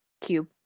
cube